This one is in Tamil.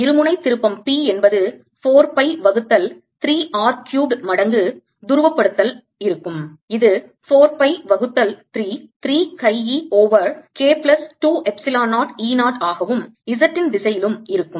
இருமுனை திருப்பம் p என்பது 4 pi வகுத்தல் 3 R க்யூப்ட் மடங்கு துருவப்படுத்தல் இருக்கும் இது 4 பை வகுத்தல் 3 3 chi e over K plus 2 epsilon 0 E 0 ஆகவும் z இன் திசையில் இருக்கும்